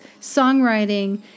songwriting